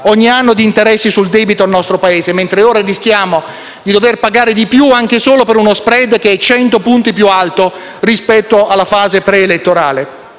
ogni anno di interessi sul debito del nostro Paese, mentre ora rischiamo di dover pagare di più anche solo per uno *spread* che è 100 punti più alto rispetto alla fase pre-elettorale.